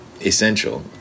essential